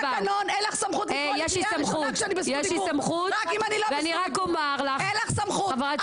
טלי, אני קוראת לך פעם ראשונה.